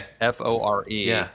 F-O-R-E